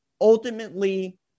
ultimately